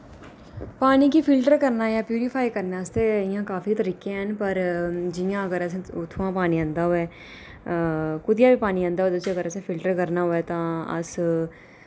पानी गी फिल्टर करना जां प्यूरीफाई करने आस्तै ते इ'यां काफी तरीके हैन पर जि'यां अगर असें उत्थुआं पानी आंदा होऐ कुतै बी पानी आंदा होऐ ते उस्सी अगर असें फिल्टर करना होऐ तां अस